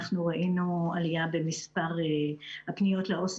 אנחנו ראינו עלייה במספר הפניות לעובדים